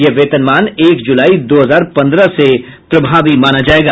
यह वेतनमान एक जुलाई दो हजार पन्द्रह से प्रभावी माना जायेगा